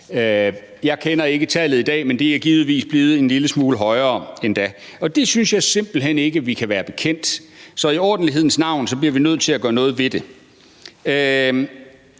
Jeg kender ikke tallet i dag, men det er givetvis blevet en lille smule højere endda, og det synes jeg simpelt hen ikke vi kan være bekendt. Så i ordentlighedens navn bliver vi nødt til at gøre noget ved det.